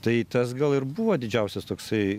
tai tas gal ir buvo didžiausias toksai